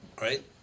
right